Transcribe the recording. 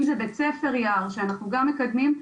אם זה בית ספר יער שאנחנו גם מקדמים,